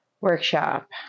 workshop